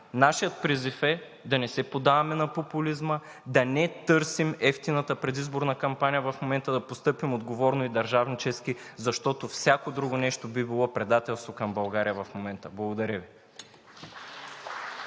Нашият призив е да не се поддаваме на популизма, да не търсим евтината предизборна кампания в момента, да постъпим отговорно и държавнически, защото всяко друго нещо би било предателство към България в момента. Благодаря Ви.